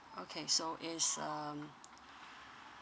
okay so is um